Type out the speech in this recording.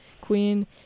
queen